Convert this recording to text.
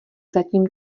zatím